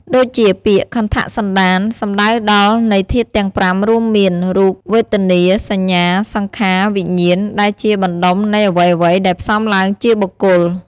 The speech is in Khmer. ដូចជា ពាក្យខន្ធសន្តាន សំដៅដល់នៃធាតុទាំង៥ រួមមាន រូប វេទនា សញ្ញា សង្ខារ វិញ្ញាណ ដែលជាបណ្តុំនៃអ្វីៗដែលផ្សំឡើងជាបុគ្គល។